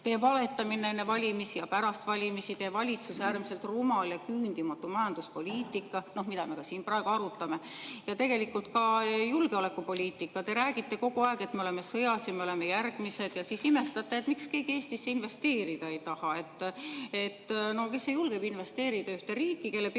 teie valetamine enne valimisi ja pärast valimisi; teie valitsuse äärmiselt rumal ja küündimatu põllumajanduspoliitika, mida me siin praegu arutame. Tegelikult ka julgeolekupoliitika – te räägite kogu aeg, et me oleme sõjas ja me oleme järgmised, ja siis imestate, miks keegi Eestisse investeerida ei taha. No kes julgeb investeerida ühte riiki, kelle